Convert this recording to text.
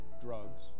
drugs